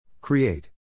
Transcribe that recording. Create